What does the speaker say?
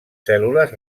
cèl·lules